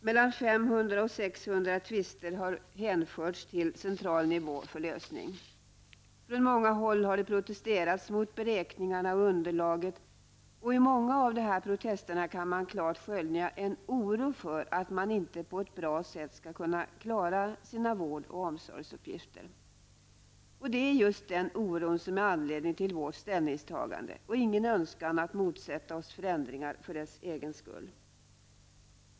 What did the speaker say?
Mellan 500 och 600 tvister har hänförts till central nivå för lösning. Från många håll har det protesterats mot beräkningarna av underlaget, och i många av de protesterna kan man klart skönja en oro för att man inte på ett bra sätt skall klara av sina vård och omsorgsuppgifter. Det är just den oron som är anledningen till vårt ställningstagande och ingen önskan att motsätta oss förändringar för deras egen skull.